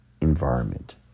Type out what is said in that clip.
environment